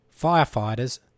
Firefighters